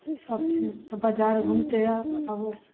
सबचीज तऽ बजार घुमितै आबै